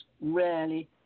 rarely